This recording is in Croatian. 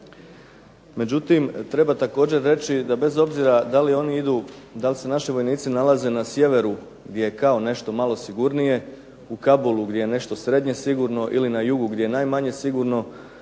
međutim, treba reći da bez obzira da li se naši vojnici nalaze na sjeveru gdje je kao nešto sigurnije, u Kabulu gdje nešto srednje sigurno ili na jugu gdje je najmanje sigurno,